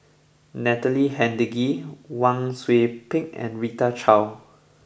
Natalie Hennedige Wang Sui Pick and Rita Chao